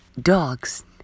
Dogs